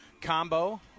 combo